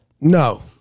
No